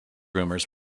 rumors